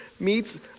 Meets